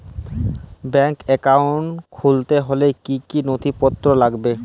Bank account খুলতে হলে কি কি নথিপত্র লাগবে?